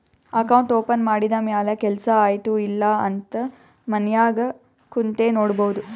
account open ಮಾಡಿದ ಮ್ಯಾಲ ಕೆಲ್ಸಾ ಆಯ್ತ ಇಲ್ಲ ಅಂತ ಮನ್ಯಾಗ್ ಕುಂತೆ ನೋಡ್ಬೋದ್